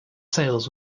sales